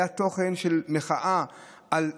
היה תוכן של מחאה על כאב,